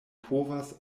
povas